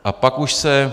A pak už se...